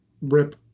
rip